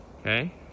okay